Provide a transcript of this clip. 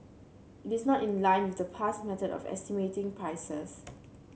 it is not in line with the past method of estimating prices